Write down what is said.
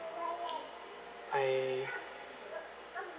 I